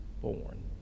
born